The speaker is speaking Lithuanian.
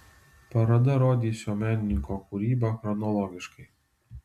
paroda rodys šio menininko kūrybą chronologiškai